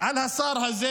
שהשר הזה